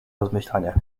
rozmyślaniach